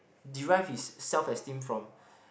derive his self esteem from